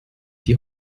die